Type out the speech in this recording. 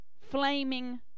flaming